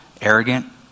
arrogant